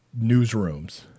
newsrooms